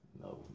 no